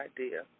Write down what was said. idea